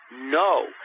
No